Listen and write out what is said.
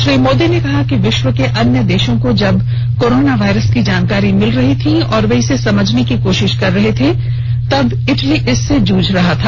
श्री मोदी ने कहा कि विश्व के अन्य देशों को जब कोरोना वायरस की जानकारी मिल रही थी और वे इसे समझने की कोशिश कर रहे थे तब इटली इससे जूझ रहा था